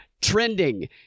trending